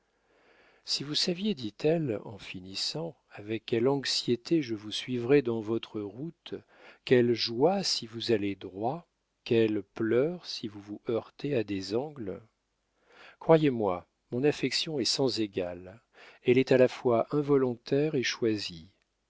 si vous saviez dit-elle en finissant avec quelles anxiétés je vous suivrai dans votre route quelle joie si vous allez droit quels pleurs si vous vous heurtez à des angles croyez-moi mon affection est sans égale elle est à la fois involontaire et choisie